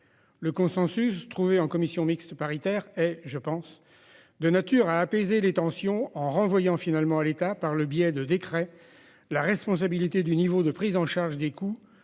le consensus trouvé en commission mixte paritaire est de nature à apaiser les tensions, en renvoyant finalement à l'État, par le biais de décrets, la responsabilité du niveau de prise en charge des coûts